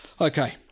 Okay